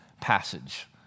passage